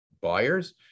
buyers